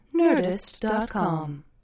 Nerdist.com